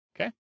Okay